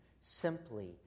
Simply